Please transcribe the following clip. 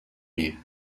ier